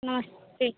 नमस्ते